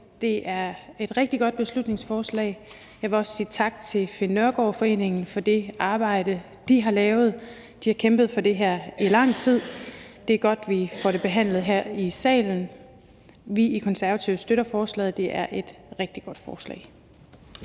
Det er et rigtig godt beslutningsforslag. Jeg vil også sige tak til Finn Nørgaard Foreningen for det arbejde, de har lavet. De har kæmpet for det her i lang tid. Det er godt, vi får det behandlet her i salen. Vi i Konservative støtter forslaget. Det er et rigtig godt forslag.